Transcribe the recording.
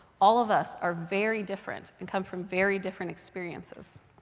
all of us are very different and come from very different experiences.